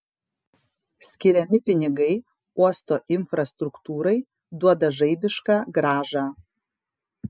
skiriami pinigai uosto infrastruktūrai duoda žaibišką grąžą